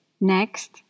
next